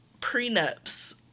prenups